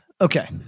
Okay